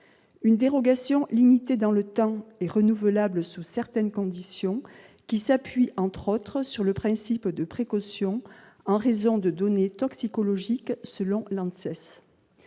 cette dérogation, limitée dans le temps et renouvelable sous certaines conditions, s'appuie entre autres sur le principe de précaution en raison de données toxicologiques. Il n'existe